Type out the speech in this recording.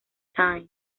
tyne